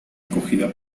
acogida